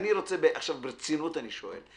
ברצינות אני שואל,